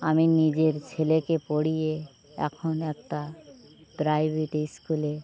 আমি নিজের ছেলেকে পড়িয়ে এখন একটা প্রাইভেট স্কুলে